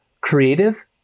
creative